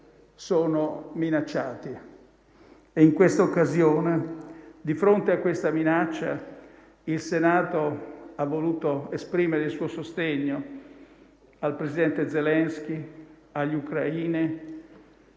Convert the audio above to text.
sono minacciati e, di fronte a questa minaccia, il Senato ha voluto esprimere il suo sostegno al presidente Zelensky, agli ucraini,